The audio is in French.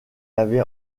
avait